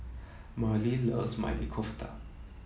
Marlee loves Maili Kofta